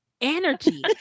energy